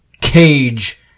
cage